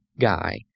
guy